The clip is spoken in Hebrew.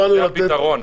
לכן אני חושב שזה הפתרון,